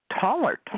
Taller